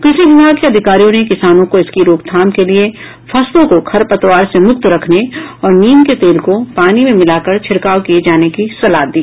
कृषि विभाग के अधिकारियों ने किसानों को इसकी रोकथाम के लिए फसलों को खर पतवार से मुक्त रखने और नीम के तेल को पानी में मिलाकर छिड़काव किये जाने की सलाह दी